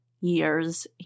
years